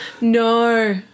no